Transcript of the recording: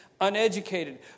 uneducated